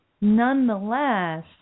Nonetheless